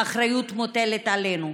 האחריות מוטלת עלינו,